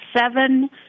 seven